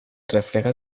refleja